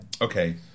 Okay